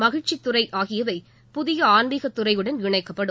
மகிழ்ச்சித்துறை ஆகியவை புதிய ஆன்மீகத் துறையுடன் இணைக்கப்படும்